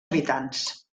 habitants